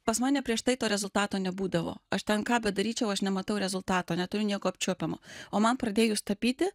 pas mane prieš tai to rezultato nebūdavo aš ten ką bedaryčiau aš nematau rezultato neturiu nieko apčiuopiamo o man pradėjus tapyti